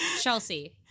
Chelsea